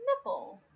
nipple